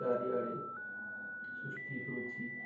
ଚାରିଆଡ଼େ ସୃଷ୍ଟି ହେଉଛି